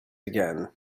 again